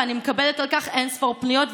ואני מקבלת על כך אין-ספור פניות.